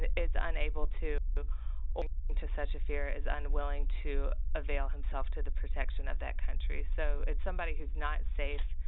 is unable to or, owing to such fear, is unwilling to avail himself of the protection of that country. so, it's somebody who's not safe